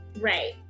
Right